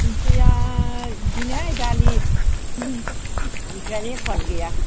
ओंख्रिआ बिदिनोहाय दालि ओम ओंख्रिआनो एख'आनो गैया